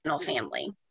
family